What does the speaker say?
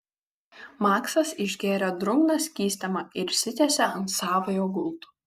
maksas išgėrė drungną skystimą ir išsitiesė ant savojo gulto